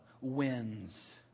wins